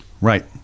Right